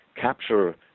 capture